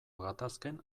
gatazken